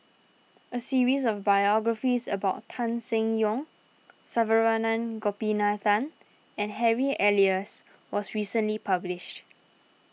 a series of biographies about Tan Seng Yong Saravanan Gopinathan and Harry Elias was recently published